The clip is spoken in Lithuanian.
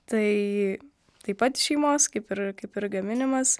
tai taip pat iš šeimos kaip ir kaip ir gaminimas